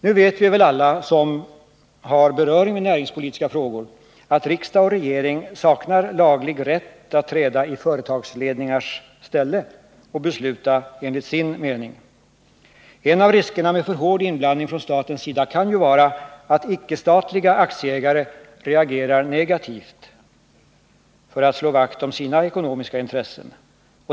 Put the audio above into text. Nu vet vi väl alla som har beröring med näringspolitiska frågor att riksdag och regering saknar laglig rätt att träda i företagsledningars ställe och besluta enligt sin mening. En av riskerna med för hård inblandning från statens sida kan ju vara att icke statliga aktieägare reagerar negativt för att slå vakt om sina ekonomiska intressen.